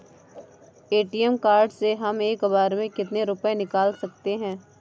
ATM card से हम एक बार में कितने रुपये निकाल सकते हैं?